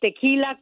tequila